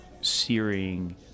searing